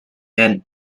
and